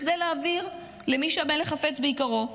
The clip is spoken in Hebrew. כדי להעביר למי שהמלך חפץ ביקרו,